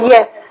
Yes